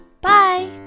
Bye